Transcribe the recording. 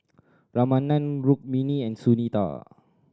Ramanand Rukmini and Sunita